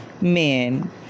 men